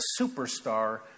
superstar